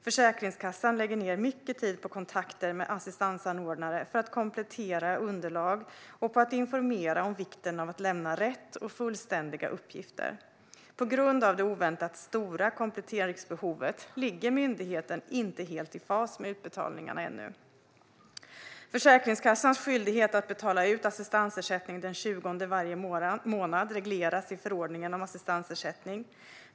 Försäkringskassan lägger ned mycket tid på kontakter med assistansanordnare för att komplettera underlag och på att informera om vikten av att lämna rätt och fullständiga uppgifter. På grund av det oväntat stora kompletteringsbehovet ligger myndigheten ännu inte helt i fas med utbetalningarna. Försäkringskassans skyldighet att betala ut assistansersättning den 20 varje månad regleras i förordningen om assistansersättning.